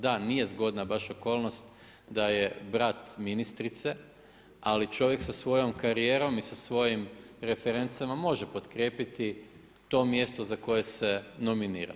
Da, nije zgodna baš okolnost da je brat ministrice, ali čovjek sa svojom karijerom i sa svojim referencama može potkrijepiti to mjesto za koje se nominirao.